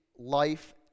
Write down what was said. life